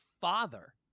father